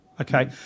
Okay